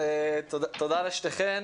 תודה לשתיכן.